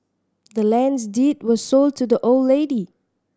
the land's deed was sold to the old lady